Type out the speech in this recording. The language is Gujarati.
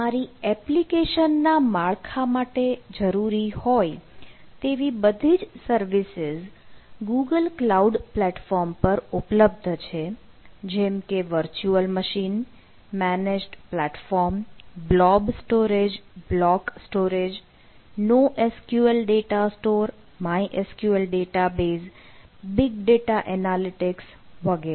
તમારી એપ્લિકેશનના માળખા માટે જરૂરી હોય તેવી બધી જ સર્વિસીઝ ગૂગલ ક્લાઉડ પ્લેટફોર્મ પર ઉપલબ્ધ છે જેમ કે virtual machine managed platform blob storage block storage NoSQL data store MySQL database Big data analytics વગેરે